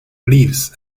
leaves